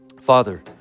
Father